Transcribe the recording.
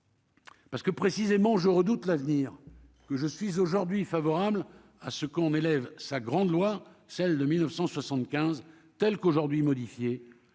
Parce que précisément je redoute l'avenir que je suis aujourd'hui favorable à ce qu'on élève sa grande loi, celle de 1975 tels qu'aujourd'hui modifier